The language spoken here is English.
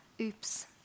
oops